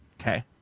Okay